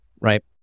Right